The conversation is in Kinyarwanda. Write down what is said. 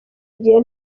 gihe